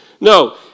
No